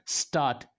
start